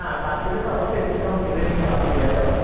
হ্যাঁ তার থেকে তো অবশ্যই ডিসকাউন্ট দেবেনই তো আপনি এত